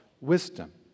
wisdom